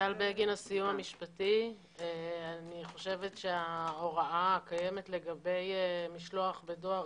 אני חושבת שההוראה הקיימת לגבי משלוח בדואר